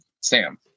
Sam